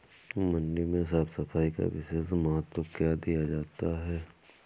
मंडी में साफ सफाई का विशेष महत्व क्यो दिया जाता है?